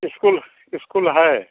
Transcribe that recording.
school school है